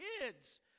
kids